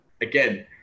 again